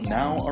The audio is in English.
now